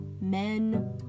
men